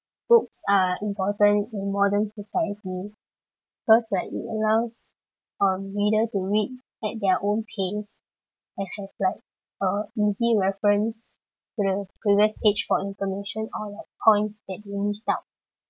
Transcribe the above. books are important in modern society because like it allows um reader to read at their own pace and have like a easy reference to the previous page for information on points that you missed out